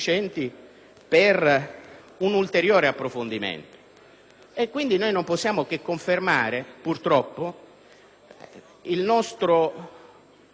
Pertanto, non possiamo che confermare, purtroppo, la nostra valutazione critica sul